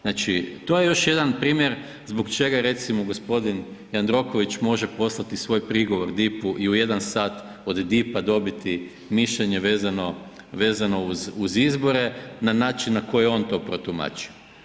Znači, to je još jedan primjer zbog čega i recimo gospodin Jandroković može poslati svoj prigovor DIP-u i u 1 sat od DIP-a dobiti mišljenje vezano uz izbore, na način na koji je on to protumačio.